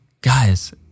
guys